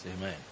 Amen